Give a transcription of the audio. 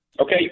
Okay